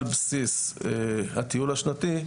על בסיס הטיול השנתי,